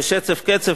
בשצף-קצף,